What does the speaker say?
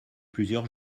plusieurs